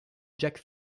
jacques